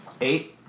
Eight